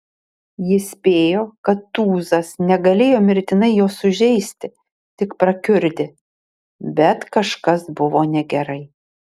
jis spėjo kad tūzas negalėjo mirtinai jo sužeisti tik prakiurdė bet kažkas buvo negerai